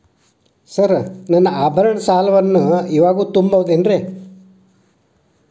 Sir ನನ್ನ ಆಭರಣ ಸಾಲವನ್ನು ಇವಾಗು ತುಂಬ ಬಹುದೇನ್ರಿ?